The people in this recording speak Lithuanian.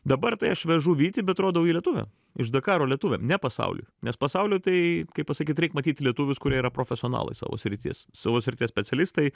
dabar tai aš vežu vytį bet rodau jį lietuviam iš dakaro lietuviam ne pasaului nes pasauliui tai kaip pasakyt reik matyt lietuvius kurie yra profesionalai savo srities savo srities specialistai